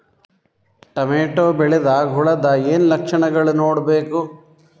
Tomato ಬೆಳಿದಾಗ್ ಹುಳದ ಏನ್ ಲಕ್ಷಣಗಳು ನೋಡ್ಬೇಕು?